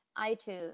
iTunes